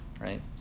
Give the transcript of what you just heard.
right